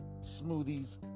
smoothies